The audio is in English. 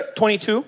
22